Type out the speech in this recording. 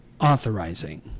Authorizing